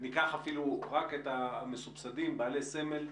ניקח אפילו רק את אלה המסובסדים בעלי סמל.